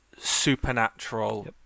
supernatural